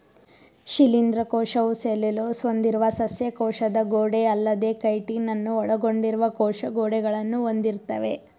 ಶಿಲೀಂಧ್ರ ಕೋಶವು ಸೆಲ್ಯುಲೋಸ್ ಹೊಂದಿರುವ ಸಸ್ಯ ಕೋಶದ ಗೋಡೆಅಲ್ಲದೇ ಕೈಟಿನನ್ನು ಒಳಗೊಂಡಿರುವ ಕೋಶ ಗೋಡೆಗಳನ್ನು ಹೊಂದಿರ್ತವೆ